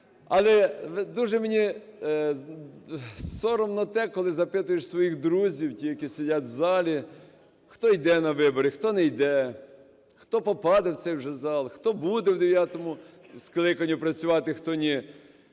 Але дуже мені соромно те, коли запитуєш своїх друзів, тих, які сидять в залі, хто йде на вибори, хто не йде, хто попаде в цей вже зал, хто буде в дев'ятому скликанні працювати, хто ні.